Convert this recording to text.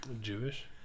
Jewish